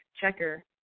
checker